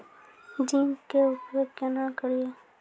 Zinc के उपयोग केना करये?